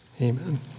Amen